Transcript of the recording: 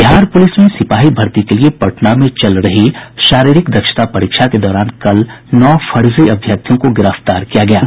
Bihar police में सिपाही भर्ती के लिए पटना में चल रही शारीरिक दक्षता परीक्षा के दौरान कल नौ फर्जी अभ्यर्थियों को गिरफ्तार किया गया है